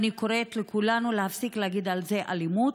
ואני קוראת לכולנו להפסיק להגיד על זה "אלימות",